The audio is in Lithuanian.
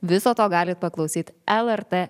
viso to galit paklausyti lrt